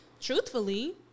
truthfully